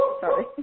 Sorry